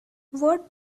what